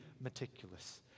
meticulous